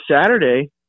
Saturday